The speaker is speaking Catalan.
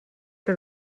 que